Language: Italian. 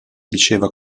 diceva